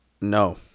no